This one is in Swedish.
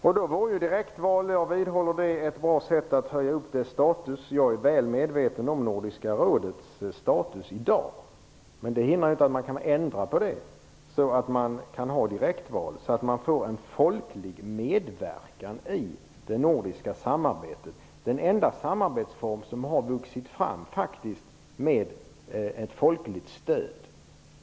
Jag vidhåller att direktval vore ett bra sätt att höja upp Nordiska rådets status. Jag är väl medveten om Nordiska rådets status i dag. Det hindrar inte att man inte kan ändra på den, så att man kan ha direktval för att få en folklig medverkan i det nordiska samarbetet. Det nordiska samarbetet är faktiskt den enda samarbetsform som faktiskt har vuxit fram med ett folkligt stöd.